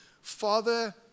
Father